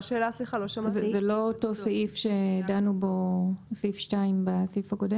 זה לא אותו סעיף (2) שדנו בו בסעיף הקודם?